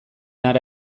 hara